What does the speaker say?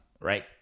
Right